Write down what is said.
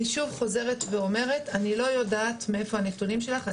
אני שוב חוזרת ואומרת: אני לא יודעת מאיפה הנתונים שלך.